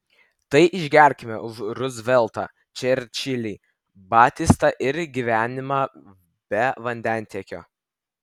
tai išgerkime už ruzveltą čerčilį batistą ir gyvenimą be vandentiekio